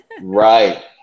Right